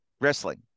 wrestling